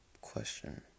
question